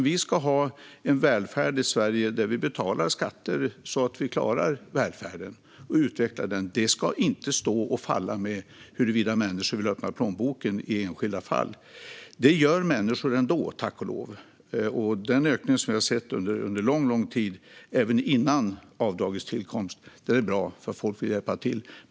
Vi ska ha en välfärd i Sverige och betala skatter så att vi klarar den och kan utveckla den. Detta ska inte stå och falla med huruvida människor vill öppna plånboken i enskilda fall. Det gör människor ändå, tack och lov. Den ökning som vi har sett under lång tid, även före avdragets tillkomst, är bra - folk vill hjälpa till.